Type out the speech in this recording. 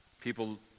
People